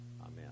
Amen